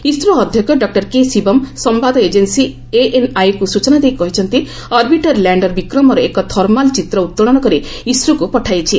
ISRO ଅଧ୍ୟକ୍ଷ doctor K Sivan ସମ୍ଭାଦ agency ଏଏନ୍ଆଇକୁ ସ୍ଟୁଚନା ଦେଇ କହିଛନ୍ତି ଅର୍ବିଟର୍ ଲ୍ୟାଣର୍ ବିକ୍ରମର ଏକ ଥର୍ମାଲ୍ ଚିତ୍ର ଉତ୍ତୋଳନ କରି ଇସ୍ରୋକୁ ପଠାଇଛି